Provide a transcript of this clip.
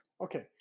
Okay